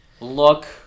look